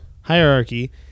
hierarchy